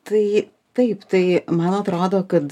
tai taip tai man atrodo kad